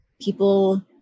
people